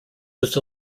was